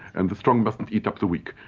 and the strong doesn't eat up the weak.